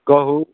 कहू